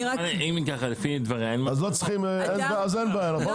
אם ככה, לפי דבריה --- אז אין בעיה, נכון?